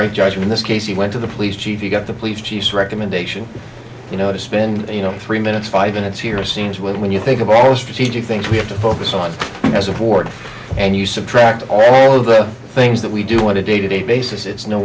right judgment this case he went to the police chief you got the police chief's recommendation you know to spend you know three minutes five minutes here seems when you think of all strategic things we have to focus on as a board and you subtract all the things that we do want to day to day basis it's no